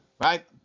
Right